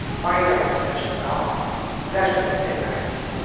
minor possession of alcohol, possession of a fake i d.